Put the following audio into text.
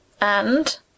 And